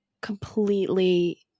completely